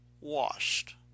washed